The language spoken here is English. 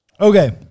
Okay